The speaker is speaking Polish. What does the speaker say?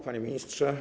Panie Ministrze!